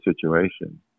situation